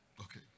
Okay